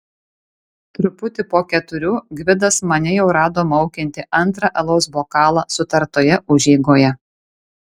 truputį po keturių gvidas mane jau rado maukiantį antrą alaus bokalą sutartoje užeigoje